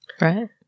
Right